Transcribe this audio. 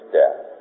death